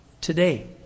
today